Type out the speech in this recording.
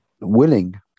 willing